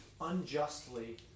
unjustly